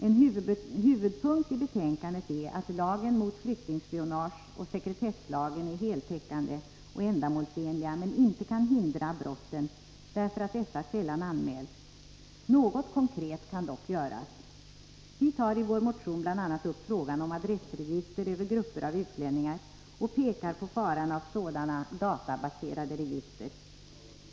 En huvudpunkt i betänkandet är att lagen mot flyktingspionage och sekretesslagen är heltäckande och ändamålsenliga men inte kan hindra brotten, därför att dessa sällan anmäls. Något konkret kan dock göras. Vi tar i vår motion upp bl.a. frågan om adressregister över grupper av utlänningar och pekar på faran av sådana databaserade register.